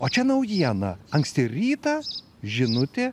o čia naujiena anksti rytą žinutė